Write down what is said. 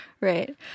Right